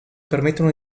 permettono